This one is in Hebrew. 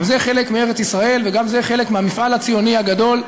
גם זה חלק מארץ-ישראל וגם זה חלק מהמפעל הציוני הגדול,